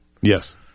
Yes